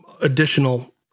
additional